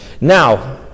now